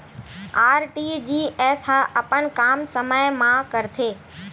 RTGS ह अपन काम समय मा करथे?